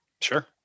Sure